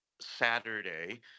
Saturday